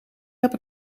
heb